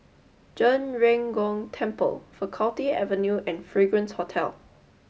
Zhen Ren Gong Temple Faculty Avenue and Fragrance Hotel